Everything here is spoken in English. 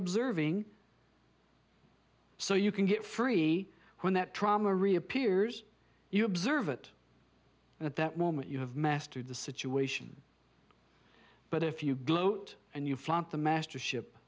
observing so you can get free when that trauma reappears you observe it at that moment you have mastered the situation but if you gloat and you flaunt the mastership